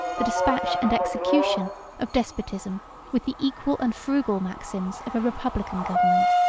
the despatch and execution of despotism with the equal and frugal maxims of a republican government.